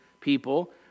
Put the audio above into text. people